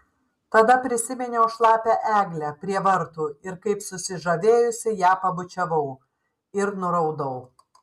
tada prisiminiau šlapią eglę prie vartų ir kaip susižavėjusi ją pabučiavau ir nuraudau